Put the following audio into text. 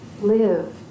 live